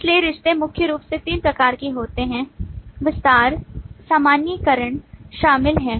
इसलिए रिश्ते मुख्य रूप से 3 प्रकार के होते हैं विस्तार और सामान्यीकरण शामिल हैं